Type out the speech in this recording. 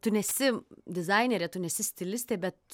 tu nesi dizainerė tu nesi stilistė bet